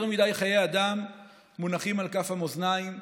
יותר מדי חיי אדם מונחים על כף המאזניים.